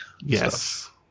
Yes